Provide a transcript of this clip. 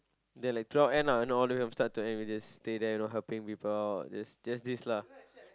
then like throughout end ah you know all the way from start to end we just stay there you know helping people out just just this lah